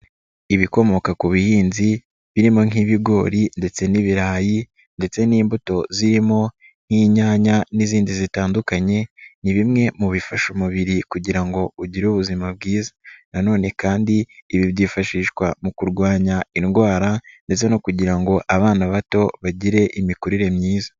Ibikomoka ku buhinzi birimo nk'ibigori ndetse n'ibirayi ndetse n'imbuto zirimo nk'inyanya n'izindi zitandukanye, ni bimwe mu bifasha umubiri kugira ngo ugire ubuzima bwiza, nanone kandi ibi byifashishwa mu kurwanya indwara ndetse no kugira ngo abana bato bagire imikurire myiza.